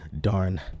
Darn